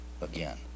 again